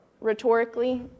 rhetorically